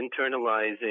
internalizing